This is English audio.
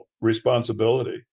responsibility